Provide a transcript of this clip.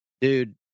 dude